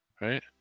right